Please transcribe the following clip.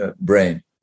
brain